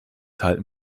halten